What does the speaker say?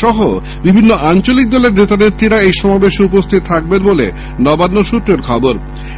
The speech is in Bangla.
সহ বিভিন্ন আঞ্চলিক দলের নেতা নেত্রী এই সমাবেশে উপস্থিত থাকবেন বলে নবান্ন সূত্রে জানা গেছে